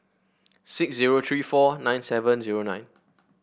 six zero three four nine seven zero nine